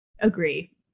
agree